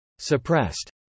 Suppressed